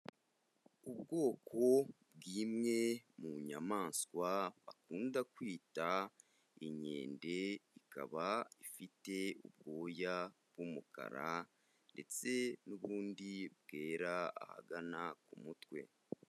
Ubwoko bw'imwe mu nyamaswa bakunda kwita inkende ikaba ifite ubwoya bw'umukara ndetse n'ubundi bwera ahagana ku mutwe.